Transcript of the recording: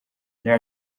there